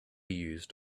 used